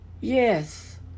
Yes